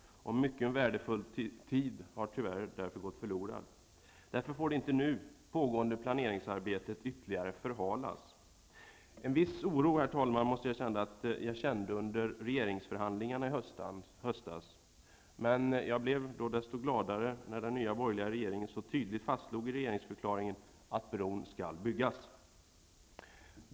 Mycken värdefull tid har tyvärr gått förlorad. Därför får inte nu det pågående planeringsarbetet ytterligare förhalas. Herr talman! Jag måste säga att jag kände en viss oro under regeringsförhandlingarna i höstas, men jag blev desto gladare när den nya borgerliga regeringen så tydligt fastslog i regeringsförklaringen att bron skall byggas.